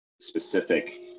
specific